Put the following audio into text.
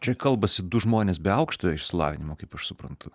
čia kalbasi du žmonės be aukštojo išsilavinimo kaip aš suprantu